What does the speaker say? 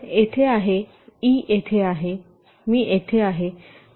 तर येथे आहे ई येथे आहे मी येथे आहे